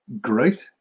great